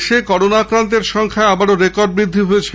দেশে করোনা আক্রান্তের সংখ্যায় আবারো রেকর্ড বৃদ্ধি হয়েছে